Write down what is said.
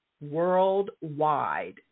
worldwide